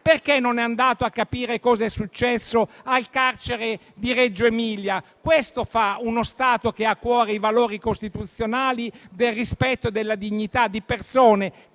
Perché non è andato a capire cosa è successo al carcere di Reggio Emilia? Questo fa uno Stato che ha a cuore i valori costituzionali del rispetto della dignità di persone che